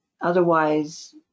Otherwise